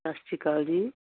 ਸਤਿ ਸ਼੍ਰੀ ਅਕਾਲ ਜੀ